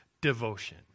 devotion